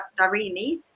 darini